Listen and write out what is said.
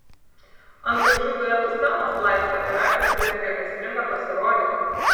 ant žvaigždžių duetų scenos laisva ir radži surengė aistringą pasirodymą